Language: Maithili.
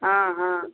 हॅं हॅं